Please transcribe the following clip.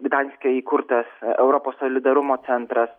gdanske įkurtas europos solidarumo centras